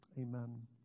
Amen